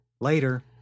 Later